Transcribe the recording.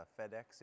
FedEx